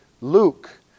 Luke